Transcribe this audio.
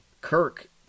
Kirk